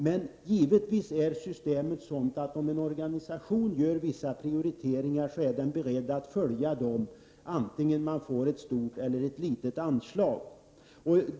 Men givetvis är systemet sådant att om en organisation gör vissa prioriteringar så är den också beredd att följa dem antingen man får ett stort eller ett litet anslag.